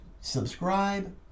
Subscribe